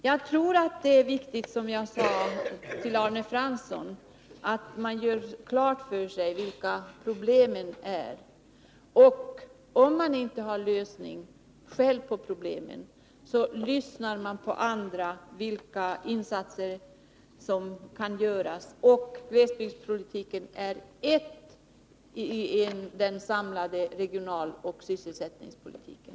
Jagtror att det är viktigt, som jag sade till Arne Fransson, att man gör klart för sig vilka problemen är. Om man inte själv har någon lösning på sina problem, så lyssnar man på andra när det gäller vilka insatser som kan göras. Glesbygdspolitiken är en del av den samlade regionaloch sysselsättningspolitiken.